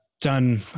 done